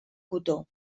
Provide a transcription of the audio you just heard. cotó